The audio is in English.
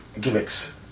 gimmicks